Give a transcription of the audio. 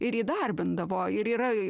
ir įdarbindavo ir yra